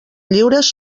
lliures